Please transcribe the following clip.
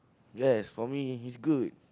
yes for me it's good